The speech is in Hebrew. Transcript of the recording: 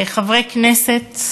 חברי הכנסת,